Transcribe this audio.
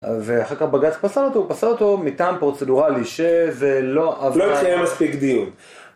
ואחר כך בג״ץ פסל אותו. הוא פסל אותו מטעם פרוצדורלי שזה לא... לא מחייב, מספיק דין.